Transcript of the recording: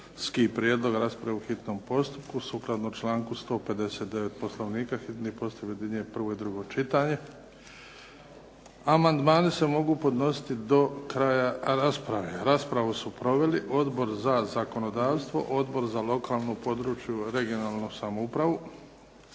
prijedlog raspravi u hitnom postupku, sukladno članku 159. Poslovnika. Hitni postupak objedinjuje prvo i drugo čitanje. Amandmani se mogu podnositi do kraja rasprave. Raspravu su proveli Odbor za zakonodavstvo, Odbor za lokalnu, područnu (regionalnu) samoupravu